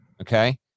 Okay